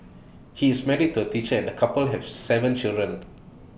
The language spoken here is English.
he is married to A teacher and the couple have Seven children